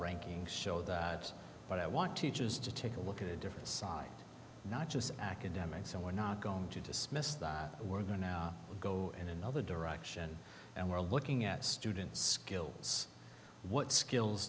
rankings show that but i want to just to take a look at a different side not just academics and we're not going to dismiss that we're going to go in another direction and we're looking at student skills what skills